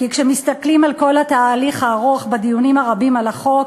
כי כשמסתכלים על כל התהליך הארוך בדיונים הרבים על החוק,